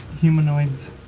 Humanoids